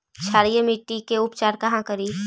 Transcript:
क्षारीय मिट्टी के उपचार कहा करी?